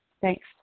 Thanks